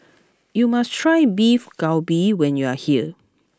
you must try Beef Galbi when you are here